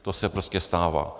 To se prostě stává.